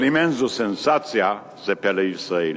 אבל אם אין זו סנסציה, זה פלא ישראלי,